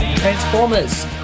Transformers